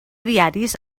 diaris